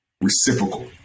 reciprocal